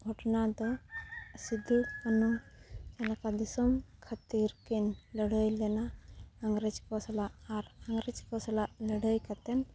ᱜᱷᱚᱴᱚᱱᱟ ᱫᱚ ᱥᱤᱫᱩ ᱠᱟᱹᱱᱩ ᱞᱮᱠᱟ ᱫᱤᱥᱚᱢ ᱠᱷᱟᱹᱛᱤᱨ ᱠᱤᱱ ᱞᱟᱹᱲᱦᱟᱹᱭ ᱞᱮᱱᱟ ᱤᱝᱨᱮᱡᱽ ᱠᱚ ᱥᱟᱞᱟᱜ ᱟᱨ ᱤᱝᱨᱮᱡᱽ ᱠᱚ ᱥᱟᱞᱟᱜ ᱞᱟᱹᱲᱦᱟᱹᱭ ᱠᱟᱛᱮᱫ